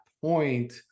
point